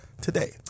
today